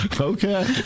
Okay